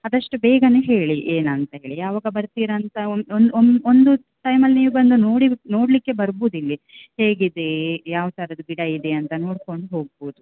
ಆದಷ್ಟು ಬೇಗನೆ ಹೇಳಿ ಏನಂತ ಹೇಳಿ ಯಾವಾಗ ಬರ್ತೀರಾ ಅಂತ ಒಂದು ಒಂದು ಒಂದು ಒಂದು ಟೈಮಲ್ಲಿ ನೀವು ಬಂದು ನೋಡಿ ನೋಡಲಿಕ್ಕೆ ಬರ್ಬೌದು ಇಲ್ಲಿ ಹೇಗಿದೆ ಯಾವ ಥರದ್ದು ಗಿಡ ಇದೆ ಅಂತ ನೋಡ್ಕೊಂಡು ಹೋಗ್ಬೋದು